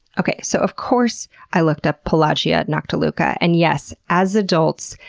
okay, so of course i looked up pelagia noctiluca and yes, as adults,